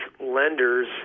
lenders